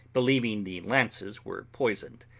believing the lances were poisoned.